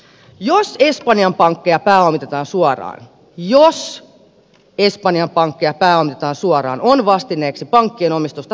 jos espanjan pankkeja pääomitetaan suoraan siis jos on vastineeksi pankkien omistusta sosialisoitava